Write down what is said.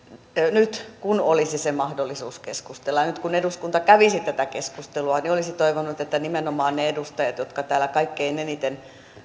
nyt kun olisi se mahdollisuus keskustella ja nyt kun eduskunta kävisi tätä keskustelua niin olisi toivonut että nimenomaan ne edustajat jotka täällä kaikkein eniten